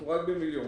של מיליון